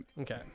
Okay